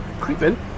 creeping